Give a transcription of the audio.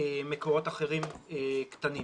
ומקורות אחרים קטנים.